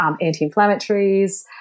anti-inflammatories